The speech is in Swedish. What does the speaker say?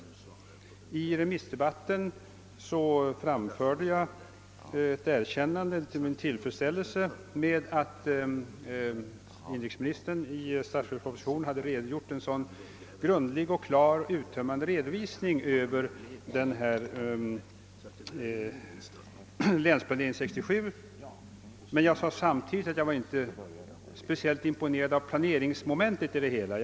Jag framförde i remissdebatten ett erkännande för och min tillfredsställelse med att inrikesministern i statsverkspropositionnen hade lämnat en så grundlig, klar och uttömmande redovisning över resultatet av Länsplanering 1967. Men jag sade samtidigt att jag inte var speciellt imponerad av planeringsmomentet i detta sammanhang.